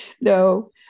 No